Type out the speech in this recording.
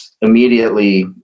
immediately